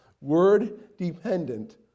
word-dependent